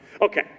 Okay